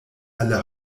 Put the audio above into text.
alle